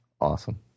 Awesome